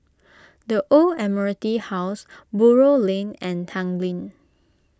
the Old Admiralty House Buroh Lane and Tanglin